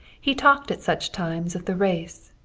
he talked at such times of the race,